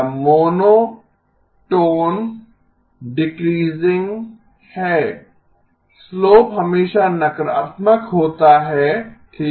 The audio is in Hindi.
यह मोनोटोन डीक्रीसिंग है स्लोप हमेशा नकारात्मक होता है ठीक है